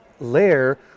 layer